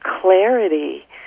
clarity